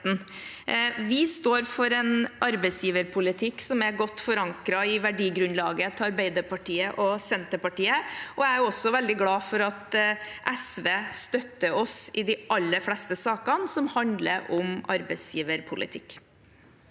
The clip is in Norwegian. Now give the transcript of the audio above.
Vi står for en arbeidsgiverpolitikk som er godt forankret i verdigrunnlaget til Arbeiderpartiet og Senterpartiet. Jeg er også veldig glad for at SV støtter oss i de aller fleste sakene som handler om arbeidsgiverpolitikk.